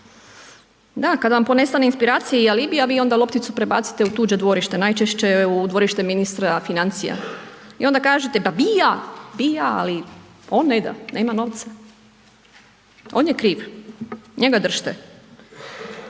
Da, kada vam ponestane inspiracije i alibija vi onda lopticu prebacite u tuđe dvorište, najčešće u dvorište ministra financija. I onda kažete pa bi ja, bi ja ali on ne da, nema novaca. On je kriv, njega držite.